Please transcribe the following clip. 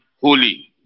holy